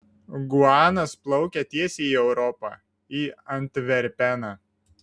guanas plaukia tiesiai į europą į antverpeną